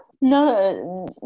no